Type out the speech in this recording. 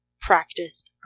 practice